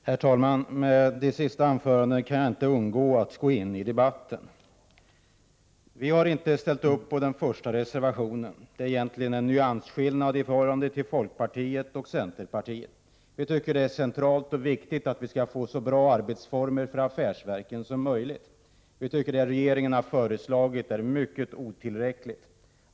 Herr talman! Efter detta senaste anförande kan jag inte underlåta att gå in i debatten. Vi har inte ställt upp på reservation 1. Vår uppfattning innebär egentligen bara en nyansskillnad i förhållande till den uppfattning som folkpartiet och centerpartiet har. Vi tycker att det är en central och viktig fråga att affärsverken får så bra arbetsformer som möjligt. Vi anser att det som regeringen föreslagit är helt otillräckligt.